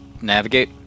navigate